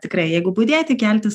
tikrai jeigu budėti keltis